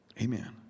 Amen